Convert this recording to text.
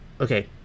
Okay